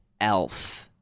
Elf